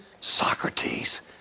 Socrates